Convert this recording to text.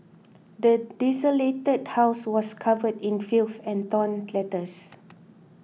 the desolated house was covered in filth and torn letters